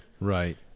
Right